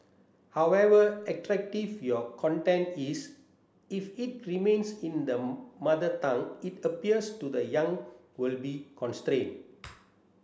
however attractive your content is if it remains in the Mother Tongue it appeals to the young will be constrained